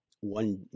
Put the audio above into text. one